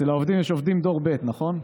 נכון?